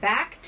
Back